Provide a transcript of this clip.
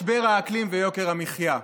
משבר האקלים ויוקר המחיה.